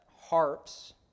harps